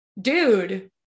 dude